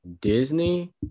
Disney